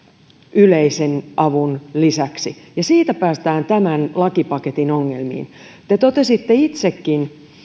yleisen avun lisäksi ja siitä päästään tämän lakipaketin ongelmiin te totesitte itsekin